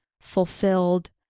fulfilled